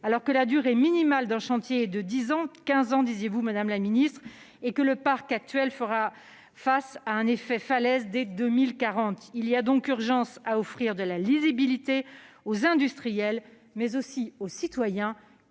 alors que la durée minimale d'un chantier est de dix ans- quinze ans, disiez-vous, madame la ministre -et que le parc actuel fera face à un effet falaise dès 2040. Il y a donc urgence à offrir de la lisibilité aux industriels, mais aussi aux citoyens